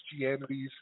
Christianities